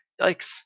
Yikes